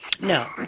No